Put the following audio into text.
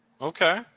Okay